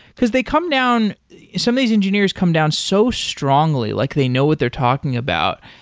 because they come down some of these engineers come down so strongly, like they know what they're talking about.